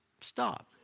stop